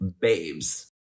babes